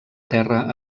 terra